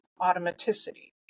automaticity